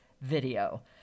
video